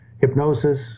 hypnosis